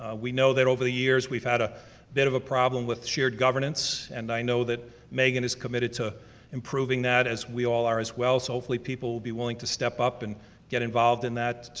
ah we know that over the years, we've had a bit of a problem with shared governance, and i know that meghan is committed to improving that, as we all are as well, so hopefully people will be willing to step up, and get involved in that,